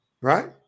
Right